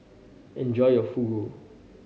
enjoy your Fugu